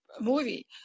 movie